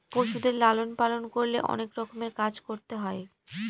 পশুদের লালন পালন করলে অনেক রকমের কাজ করতে হয়